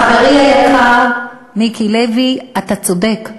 חברי היקר מיקי לוי, אתה צודק,